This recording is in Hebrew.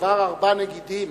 עבר ארבעה נגידים.